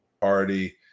party